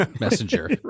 messenger